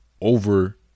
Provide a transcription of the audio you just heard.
over